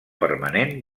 permanent